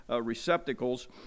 receptacles